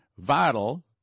Vital